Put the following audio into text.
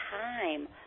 time